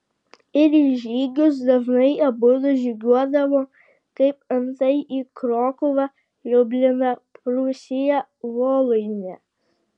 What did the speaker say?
ir į žygius dažnai abudu žygiuodavo kaip antai į krokuvą liubliną prūsiją voluinę